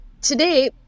today